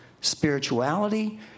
spirituality